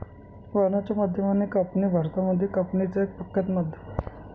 वाहनाच्या माध्यमाने कापणी भारतामध्ये कापणीच एक प्रख्यात माध्यम आहे